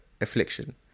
affliction